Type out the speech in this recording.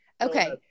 Okay